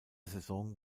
saison